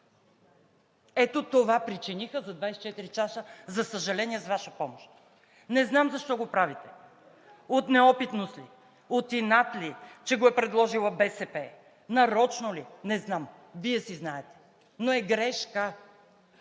Ето това причиниха за 24 часа, за съжаление, с Ваша помощ. Не знам защо го правите – от неопитност ли, от инат ли, че го е предложила БСП, нарочно ли, не знам, Вие си знаете, но е грешка.